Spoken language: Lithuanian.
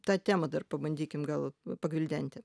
tą temą dar pabandykim gal pagvildenti